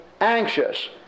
anxious